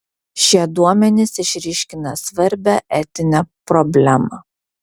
šie duomenys išryškina svarbią etinę problemą